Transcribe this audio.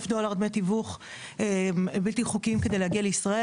דולר דמי תיווך בלתי חוקיים כדי להגיע לישראל.